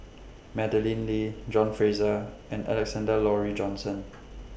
Madeleine Lee John Fraser and Alexander Laurie Johnston